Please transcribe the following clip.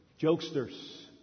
Jokesters